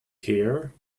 here